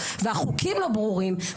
והחוקים לא ברורים,